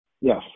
Yes